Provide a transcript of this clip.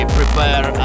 prepare